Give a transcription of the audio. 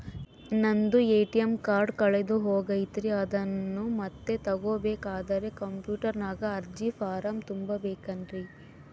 ನಂದು ATM card ಕಳೆದು ಹೋಗೈತ್ರಿ ಅದನ್ನು ಮತ್ತೆ ತಗೋಬೇಕಾದರೆ ಕಂಪ್ಯೂಟರ್ ನಾಗ ಅರ್ಜಿ ಫಾರಂ ತುಂಬಬೇಕನ್ರಿ?